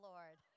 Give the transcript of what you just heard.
Lord